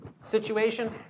situation